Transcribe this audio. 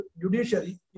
Judiciary